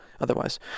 otherwise